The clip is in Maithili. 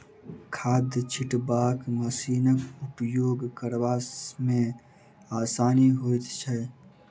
खाद छिटबाक मशीनक उपयोग करबा मे आसानी होइत छै